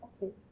okay